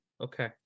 Okay